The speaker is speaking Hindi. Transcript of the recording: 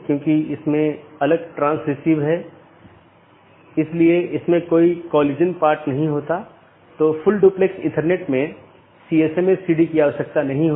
मीट्रिक पर कोई सार्वभौमिक सहमति नहीं है जिसका उपयोग बाहरी पथ का मूल्यांकन करने के लिए किया जा सकता है